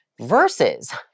versus